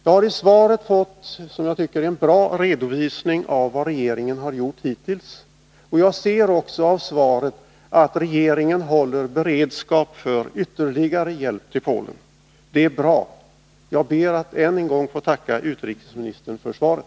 Jag tycker att jag i svaret har fått en bra redovisning av vad regeringen hittills har gjort. Av svaret ser jag också att regeringen håller beredskap för ytterligare hjälp till Polen. Det är bra. Jag ber att än en gång få tacka utrikesministern för svaret.